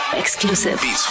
exclusive